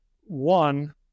One